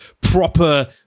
proper